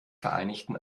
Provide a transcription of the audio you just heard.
vereinigten